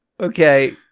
okay